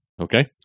Okay